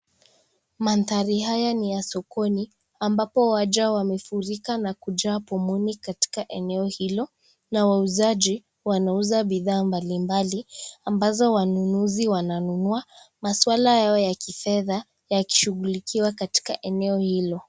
Mandhari haya ni ya sokoni ambapo waja wamefurika na kujaa pomoni katika eneo hilo na wauzaji wanauza bidhaa mbali mbali ambazo wanunuzi wananunua, maswala hayo ya kifedha yakishugulikiwa katika eneo hilo.